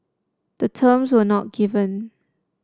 the terms were not given